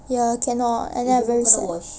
ya cannot